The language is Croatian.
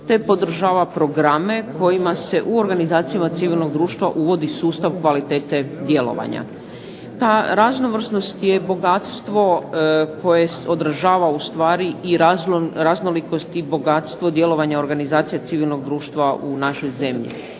te podržava programe kojima se u organizacijama civilnog društva uvodi sustav kvalitete djelovanja. Ta raznovrsnost je bogatstvo koje održava ustvari i raznolikost i bogatstvo djelovanja organizacija civilnog društva u našoj zemlji,